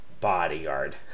bodyguard